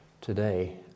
today